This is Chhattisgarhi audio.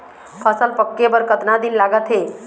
फसल पक्के बर कतना दिन लागत हे?